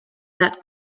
that